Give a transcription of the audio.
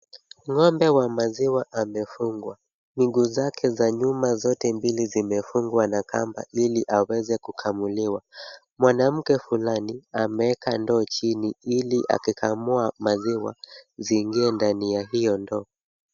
Ng'ombe wa maziwa amefungwa, miguu zake za nyuma zote mbili zimefungwa na kamba ili aweze kukamuliwa. Mwanamke fulani ameeka ndoo chini ili akikamua maziwa ziingie ndani ya hiyo ndoo.